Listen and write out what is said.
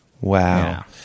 wow